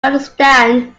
understand